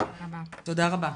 תודה רבה.